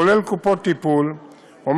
כולל קופות טיפול, הוא